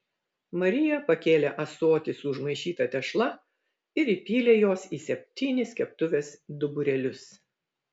marija pakėlė ąsotį su užmaišyta tešla ir įpylė jos į septynis keptuvės duburėlius